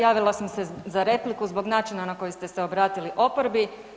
Javila sam se za repliku zbog načina na koji ste se obratili oporbi.